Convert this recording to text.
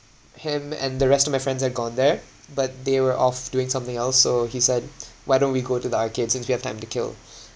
him and the rest of my friends have gone there but they were off doing something else so he said why don't we go to the arcade since we have time to kill